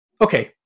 Okay